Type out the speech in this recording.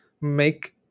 make